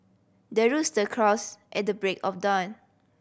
the rooster crows at the break of dawn